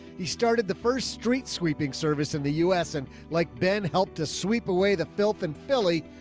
he started the first street sweeping service in the u s and like ben helped us sweep away the filth and philly.